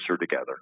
together